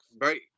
Right